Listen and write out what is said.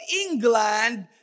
England